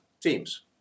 teams